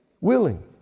willing